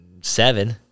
seven